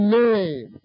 name